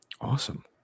Awesome